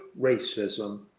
racism